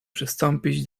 przystąpić